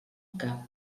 cap